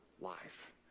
life